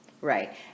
Right